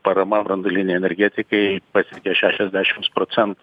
parama branduolinei energetikai pasiekė šešiasdešimts procentų